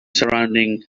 surrounding